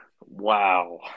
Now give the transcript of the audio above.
Wow